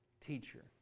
teacher